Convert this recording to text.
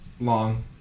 Long